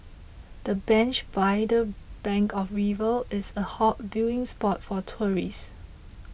the bench by the bank of the river is a hot viewing spot for tourists